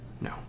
No